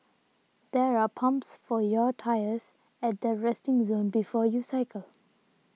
there are pumps for your tyres at the resting zone before you cycle